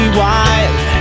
wild